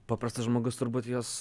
paprastas žmogus turbūt jos